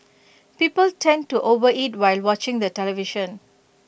people tend to overeat while watching the television